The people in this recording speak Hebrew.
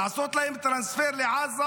לעשות להם טרנספר לעזה,